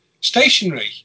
stationery